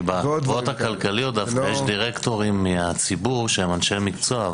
כי בחברות הכלכליות דווקא יש דירקטורים מהציבור שהם אנשי מקצוע,